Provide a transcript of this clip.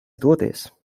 doties